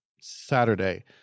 Saturday